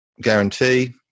guarantee